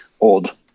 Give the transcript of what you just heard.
old